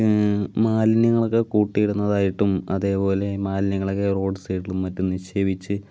മാലിന്യങ്ങളൊക്കെ കൂട്ടിയിടുന്നതായിട്ടും അതേപോലെ മാലിന്യങ്ങളൊക്കെ റോഡ്സൈഡിലും മറ്റും നിക്ഷേപിച്ച്